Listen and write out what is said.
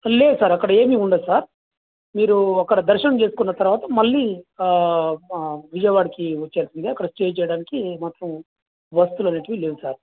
లేదు సార్ అక్కడ ఏమీ ఉండదు సార్ మీరు అక్కడ దర్శనం చేసుకున్న తరువాత మళ్ళీ విజయవాడకి వచ్చేయాల్సిందే అక్కడ స్టే చెయ్యడానికి మొత్తం వసతులు అనేవి లేవు సార్